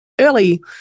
early